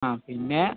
ആ പിന്നെ